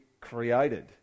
created